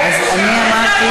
אז אמרתי,